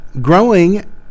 growing